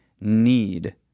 need